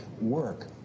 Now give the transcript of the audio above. Work